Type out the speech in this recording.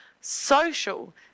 social